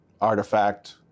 artifact